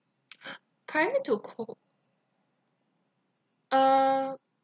prior to co~ uh